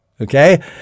okay